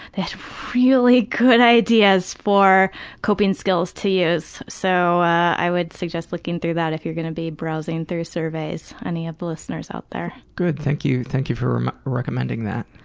they had really good ideas for coping skills to use so i would suggest looking through that if you're going to be browsing through surveys. any of the listeners out there. good. thank you. thank you for um recommending that.